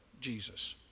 Jesus